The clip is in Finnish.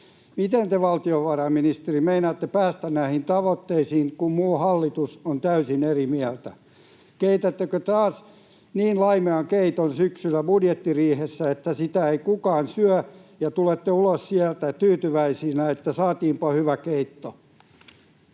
Miten te, valtiovarainministeri, meinaatte päästä näihin tavoitteisiin, kun muu hallitus on täysin eri mieltä? Keitättekö taas syksyllä budjettiriihessä niin laimean keiton, että sitä ei kukaan syö, ja tulette ulos sieltä tyytyväisinä, että saatiinpa hyvä keitto?